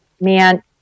man